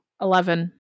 Eleven